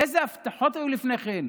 איזה הבטחות היו לפני כן: